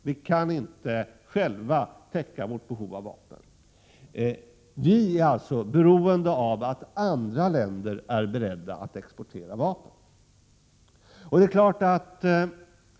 Vi kan inte själva täcka vårt behov av vapen. Vi är alltså beroende av att andra länder är beredda att exportera vapen.